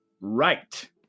Right